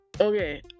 Okay